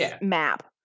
map